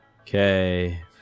Okay